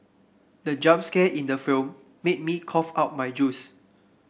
the jump scare in the film made me cough out my juice